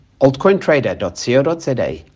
altcointrader.co.za